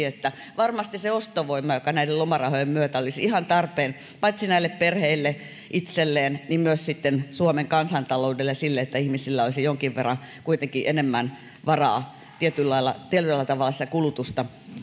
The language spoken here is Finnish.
että varmasti se ostovoima näiden lomarahojen myötä olisi ihan tarpeen paitsi näille perheille itselleen myös suomen kansantaloudelle ja sille että ihmisillä olisi kuitenkin jonkin verran enemmän varaa tietyllä tavalla kulutusta